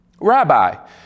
Rabbi